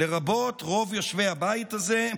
לרבות רוב יושבי הבית הזה,